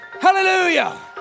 Hallelujah